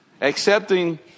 accepting